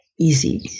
easy